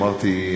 אמרתי,